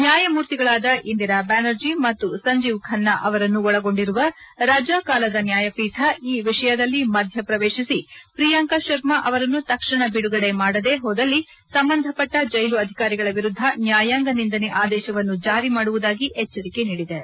ನ್ಯಾಯಮೂರ್ತಿಗಳಾದ ಇಂದಿರಾ ಬ್ಯಾನರ್ಜಿ ಮತ್ತು ಸಂಜೀವ್ ಖನ್ನಾ ಅವರನ್ನು ಒಳಗೊಂಡಿರುವ ರಜಾ ಕಾಲದ ನ್ಯಾಯಪೀಠ ಈ ವಿಷಯದಲ್ಲಿ ಮಧ್ಯ ಪ್ರವೇಶಿಸಿ ಪ್ರಿಯಾಂಕ ಶರ್ಮಾ ಅವರನ್ನು ತಕ್ಷಣ ಬಿದುಗಡೆ ಮಾಡದೇ ಹೋದಲ್ಲಿ ಸಂಬಂಧ ಪಟ್ಟ ಜೈಲು ಅಧಿಕಾರಿಗಳ ವಿರುದ್ದ ನ್ಯಾಯಾಂಗ ನಿಂದನೆ ಆದೇಶವನ್ನು ಜಾರಿ ಮಾಡುವುದಾಗಿ ಎಚ್ಚರಿಕೆ ನೀದಿತು